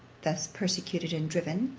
thus persecuted and driven,